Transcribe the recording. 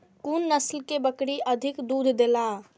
कुन नस्ल के बकरी अधिक दूध देला?